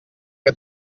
que